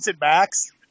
max